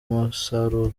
musaruro